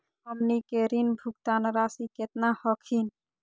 हमनी के ऋण भुगतान रासी केतना हखिन?